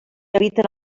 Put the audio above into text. habiten